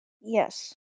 Yes